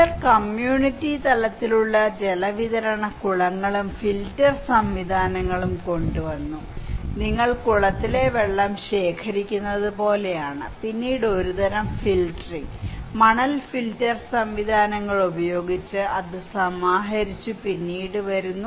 ചിലർ കമ്മ്യൂണിറ്റി തലത്തിലുള്ള ജലവിതരണ കുളങ്ങളും ഫിൽട്ടർ സംവിധാനവും കൊണ്ടുവന്നു നിങ്ങൾ കുളത്തിലെ വെള്ളം ശേഖരിക്കുന്നത് പോലെയാണ് പിന്നീട് ഒരുതരം ഫിൽട്ടറിംഗ് മണൽ ഫിൽട്ടർ സംവിധാനങ്ങൾ ഉപയോഗിച്ച് അത് സമാഹരിച്ച് പിന്നീട് വരുന്നു